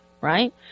right